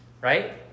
Right